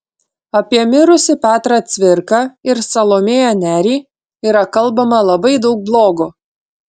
apie mirusį petrą cvirką ir salomėją nerį yra kalbama labai daug blogo